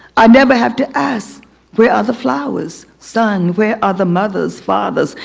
i never have to ask where are the flowers? son, where are the mother s fathers?